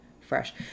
fresh